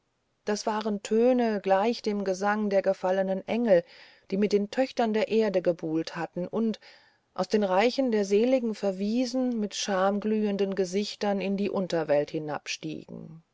das waren töne gleich dem gesang der gefallenen engel die mit den töchtern der erde gebuhlt hatten und aus dem reiche der seligen verwiesen mit schamglühenden gesichtern in die unterwelt